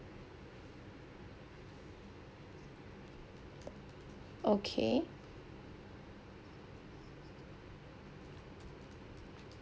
okay